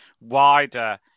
wider